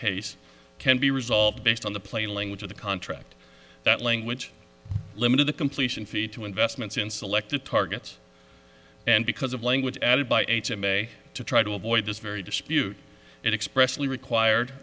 case can be resolved based on the plain language of the contract that language limited the completion fee to investments in selected targets and because of language added by may to try to avoid this very dispute it expressly required